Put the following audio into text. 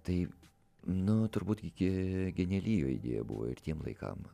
taip nu turbūt iki geniali jo idėja buvo ir tiem laikam